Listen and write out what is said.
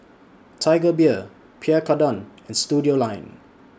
Tiger Beer Pierre Cardin and Studioline